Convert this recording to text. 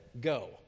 go